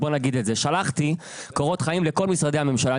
שלחתי קורות חיים לכל משרדי הממשלה.